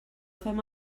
fem